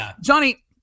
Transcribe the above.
Johnny